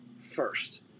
first